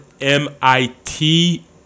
MIT